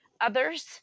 others